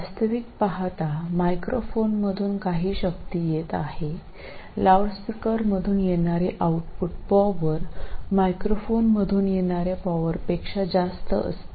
वास्तविक पाहता मायक्रोफोनमधून काही शक्ती येत आहे लाऊड स्पीकर मधून येणारी आउटपुट पॉवर मायक्रोफोन मधून येणाऱ्या पॉवरपेक्षा जास्त असते